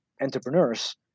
entrepreneurs